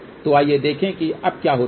तो आइए देखें कि अब क्या होता है